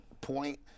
point